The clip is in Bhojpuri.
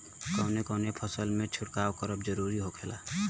कवने कवने फसल में छिड़काव करब जरूरी होखेला?